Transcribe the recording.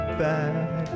back